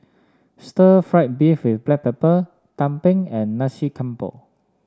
Stir Fried Beef with Black Pepper Tumpeng and Nasi Campur